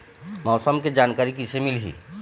मौसम के जानकारी किसे मिलही?